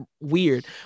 weird